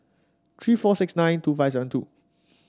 three four six nine two five seven two